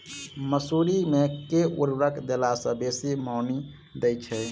मसूरी मे केँ उर्वरक देला सऽ बेसी मॉनी दइ छै?